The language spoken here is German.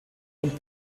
und